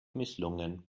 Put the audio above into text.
misslungen